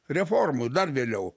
reformų dar vėliau